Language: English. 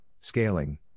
scaling